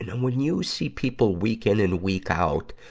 and and when you see people week in and week out,